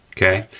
okay?